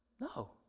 No